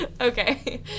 Okay